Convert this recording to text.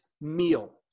meal